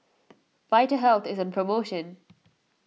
Vitahealth is on promotion